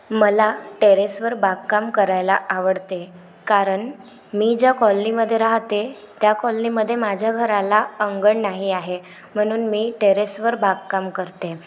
मला टेरेसवर बागकाम करायला आवडते कारण मी ज्या कॉलनीमध्ये राहते त्या कॉलनीमध्ये माझ्या घराला अंगण नाही आहे म्हणून मी टेरेसवर बागकाम करते